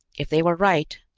if they were right,